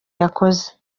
yakoze